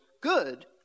good